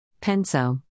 Penso